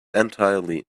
entirely